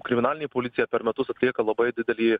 kriminalinė policija per metus atlieka labai didelį